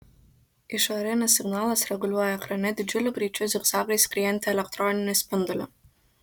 išorinis signalas reguliuoja ekrane didžiuliu greičiu zigzagais skriejantį elektroninį spindulį